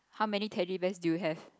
how many Teddy Bears do you have